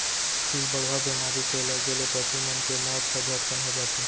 पिलबढ़वा बेमारी के लगे ले पसु मन के मौत ह झटकन हो जाथे